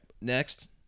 next